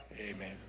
Amen